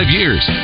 years